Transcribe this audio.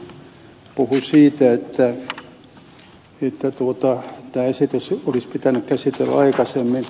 ville niinistö puhui nyt siitä että tämä esitys olisi pitänyt käsitellä aikaisemmin